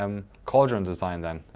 um cauldron design, then.